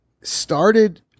started